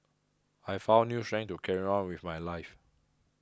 I found new strength to carry on with my life